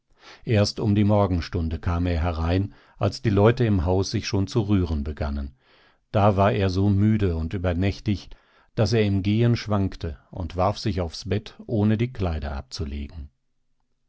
erst um die morgenstunde kam er herein als die leute im hause sich schon zu rühren begannen da war er so müde und übernächtig daß er im gehen schwankte und warf sich aufs bett ohne die kleider abzulegen